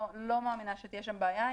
לא מאמינה שתהיה שם בעיה.